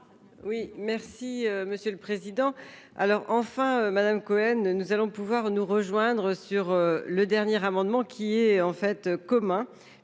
Oui merci monsieur le président, alors, enfin, Madame Cohen, nous allons pouvoir nous rejoindre sur le dernier amendement qui est en fait communs